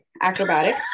acrobatic